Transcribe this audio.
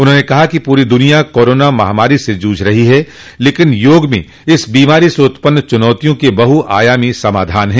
उन्होंने कहा कि पूरी दुनिया कोरोना महामारी से जूझ रही है लेकिन योग में इस बीमारी से उत्पन्न चुनौतियों के बहुआयामी समाधान हैं